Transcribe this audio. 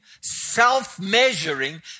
self-measuring